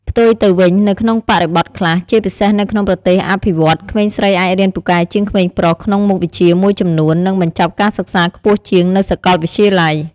ផ្ទុយទៅវិញ នៅក្នុងបរិបទខ្លះ ជាពិសេសនៅក្នុងប្រទេសអភិវឌ្ឍន៍ ក្មេងស្រីអាចរៀនពូកែជាងក្មេងប្រុសក្នុងមុខវិជ្ជាមួយចំនួន និងបញ្ចប់ការសិក្សាខ្ពស់ជាងនៅសកលវិទ្យាល័យ។